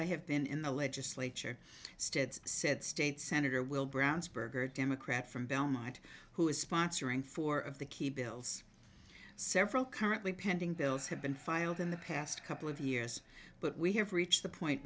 i have been in the legislature stead's said state senator will brownsburg or democrat from belmont who is sponsoring four of the key bills several currently pending bills have been filed in the past couple of years but we have reached the point